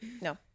No